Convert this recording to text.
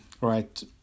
right